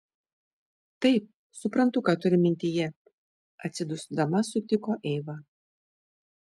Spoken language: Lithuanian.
taip suprantu ką turi mintyje atsidusdama sutiko eiva